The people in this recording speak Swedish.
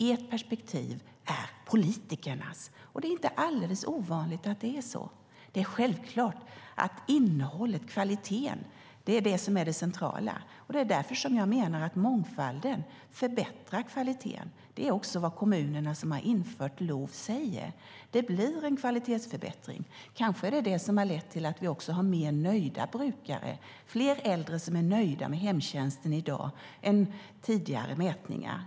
Ert perspektiv är politikernas. Det är inte alldeles ovanligt att det är så. Det är självklart att innehållet - kvaliteten - är det centrala. Det är därför jag menar att mångfalden förbättrar kvaliteten. Det är också vad kommunerna som har infört LOV säger: Det blir en kvalitetsförbättring. Kanske är det detta som har lett till att vi också har fler nöjda brukare - det är fler äldre som är nöjda med hemtjänsten i dag än i tidigare mätningar.